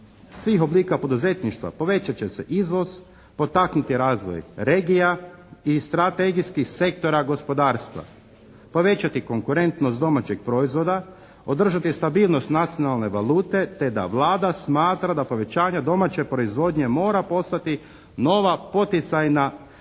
svih oblika poduzetništva povećat će se izvoz, potaknuti razvoj regija i strategijskih sektora gospodarstva. Povećati konkurentnost domaćeg proizvoda, održati stabilnost nacionalne valute te da Vlada smatra da povećanja domaće proizvodnje mora postati nova poticajna